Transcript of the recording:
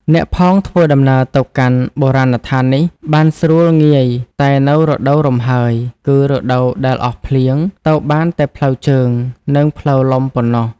អ្នកផងធ្វើដំណើរទៅកាន់ បុរាណដ្ឋាននេះ បានស្រួលងាយតែនៅរដូវរំហើយ គឺរដូវដែលអស់ភ្លៀង ទៅបានតែផ្លូវជើង និងផ្លូវលំប៉ុណ្ណោះ។